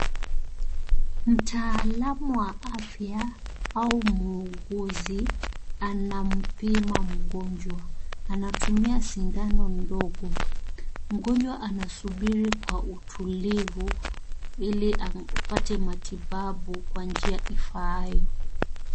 Mtaalamu wa afya au muuguzi anampima mgonjwa anatumia sindano ndogo, mgonjwa anasubiri kwa utulivu ili apate matibabu kwa njia ifaayo.